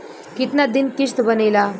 कितना दिन किस्त बनेला?